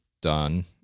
done